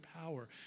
power